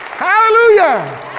Hallelujah